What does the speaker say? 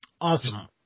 Awesome